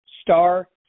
Star